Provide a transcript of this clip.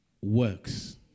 works